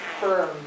firm